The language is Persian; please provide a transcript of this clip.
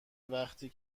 وقتی